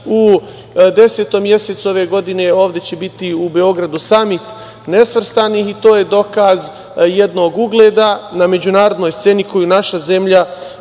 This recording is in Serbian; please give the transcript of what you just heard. U 10. mesecu ove godine ovde će biti u Beogradu Samit nesvrstanih i to je dokaz jednog ugleda na međunarodnoj sceni koji naša zemlja